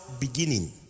beginning